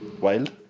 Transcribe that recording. Wild